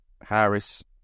Harris